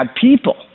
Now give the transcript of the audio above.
people